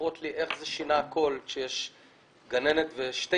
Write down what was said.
מספרות לי איך זה שינה הכול כשיש גננת ושתי